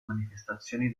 manifestazioni